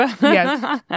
Yes